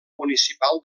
municipal